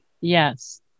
Yes